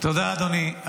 תודה אדוני.